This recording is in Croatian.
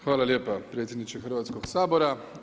Hvala lijepo predsjedniče Hrvatskog sabora.